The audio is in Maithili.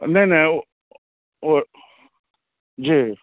नहि नहि ओ जी